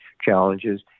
challenges